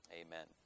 Amen